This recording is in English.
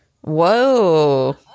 Whoa